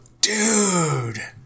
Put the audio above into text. dude